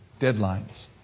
Deadlines